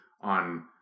on